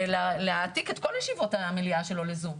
להעתיק את כל ישיבות המליאה שלו ל-זום.